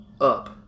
up